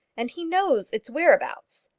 and he knows its whereabouts.